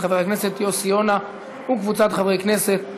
של חבר הכנסת יוסי יונה וקבוצת חברי הכנסת.